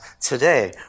today